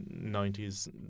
90s